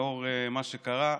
לנוכח מה שקרה,